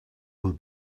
will